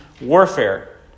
warfare